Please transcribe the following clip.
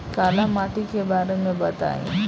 काला माटी के बारे में बताई?